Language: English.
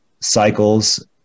cycles